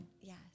Yes